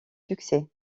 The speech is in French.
succès